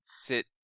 sit